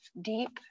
deep